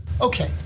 Okay